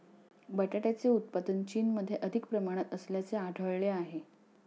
बटाट्याचे उत्पादन चीनमध्ये अधिक प्रमाणात असल्याचे आढळले आहे